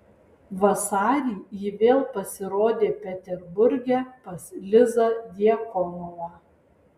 vasarį ji vėl pasirodė peterburge pas lizą djakonovą